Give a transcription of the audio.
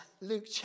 Luke